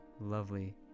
lovely